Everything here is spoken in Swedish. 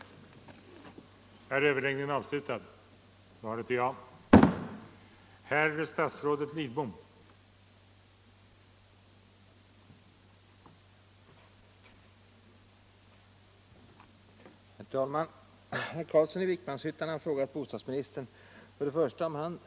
osgdriket ANT